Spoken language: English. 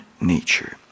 nature